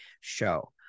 show